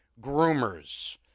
groomers